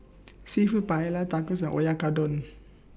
Seafood Paella Tacos and Oyakodon